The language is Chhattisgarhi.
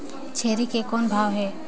छेरी के कौन भाव हे?